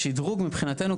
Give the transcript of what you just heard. שדרוג מבחינתנו,